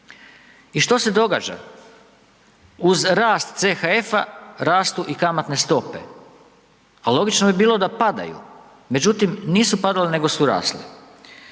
I što se događa. Uz rast CHF-a, rastu i kamatne stope. Logično bi bilo da padaju, međutim, nisu padale nego su rasle